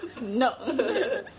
No